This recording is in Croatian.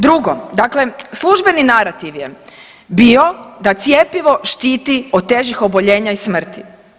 Drugo, dakle službeni narativ je bio da cjepivo štiti od težih oboljenja i smrti.